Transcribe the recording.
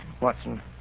Watson